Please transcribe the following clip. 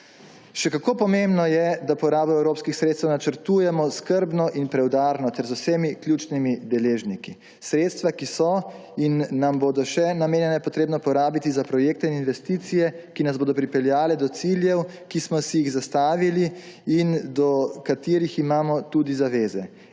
Še kako pomembno je, da porabo evropskih sredstev načrtujemo skrbno in preudarno ter z vsemi ključnimi deležniki. Sredstva, ki so in nam bodo še namenjena, je potrebno porabiti za projekte in investicije, ki nas bodo pripeljali do ciljev, ki smo si jih zastavili in do katerih imamo tudi zaveze.